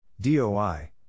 DOI